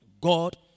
God